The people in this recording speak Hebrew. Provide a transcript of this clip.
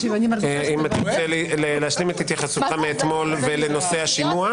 אם אתה רוצה להשלים את התייחסותך מאתמול ולנושא השימוע.